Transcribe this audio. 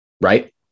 right